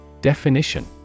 Definition